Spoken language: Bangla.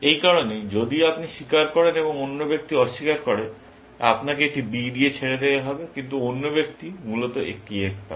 এই কারণেই যদি আপনি স্বীকার করেন এবং অন্য ব্যক্তি অস্বীকার করে আপনাকে একটি B দিয়ে ছেড়ে দেওয়া হবে কিন্তু অন্য ব্যক্তি মূলত একটি F পায়